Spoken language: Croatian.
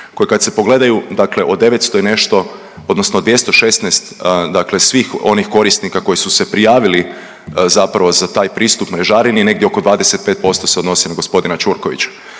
koji kad se pogledaju dakle od 900 i nešto odnosno 216 svih onih korisnika koji su se prijavili za taj pristup mrežarini negdje oko 25% se odnosi na g. Ćurkovića.